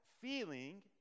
feeling